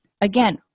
again